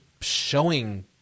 showing